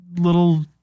little